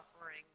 offering